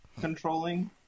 controlling